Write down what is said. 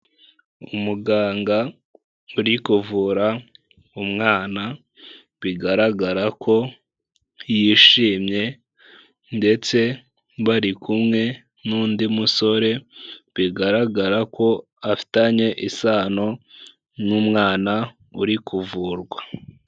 Umuganga uri kuvura umwana, bigaragara ko yishimye ndetse bari kumwe n'undi musore, bigaragara ko afitanye isano n'umwana uri kuvurwa.